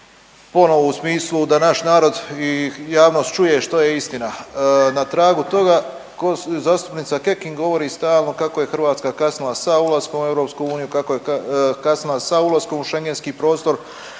ponovo u smislu da naš narod i javnost čuje što je istina. Na tragu toga zastupnica Kekin govori stalno kako je Hrvatska kasnila sa ulaskom u EU, kako je kasnila sa ulaskom u Schengenski prostor,